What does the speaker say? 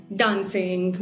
dancing